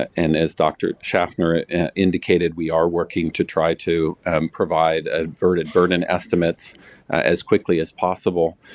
and as dr. schaffner indicated we are working to try to provide ah verdin verdin estimates as quickly as possible.